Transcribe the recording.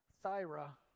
thyra